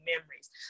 memories